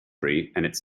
its